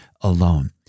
alone